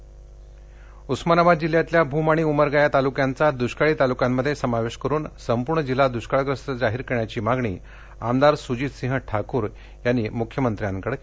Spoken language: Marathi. उर्स्मानाबाद उस्मानाबाद जिल्ह्यातल्या भूम आणि उमरगा या तालुक्यांचा दुष्काळी तालुक्यांमध्ये समावेश करून संपूर्ण जिल्हा दुष्काळग्रस्त जाहीर करण्याची मागणी आमदार सुजितसिंह ठाकूर यांनी मुख्यमंत्र्यांकडे केली आहे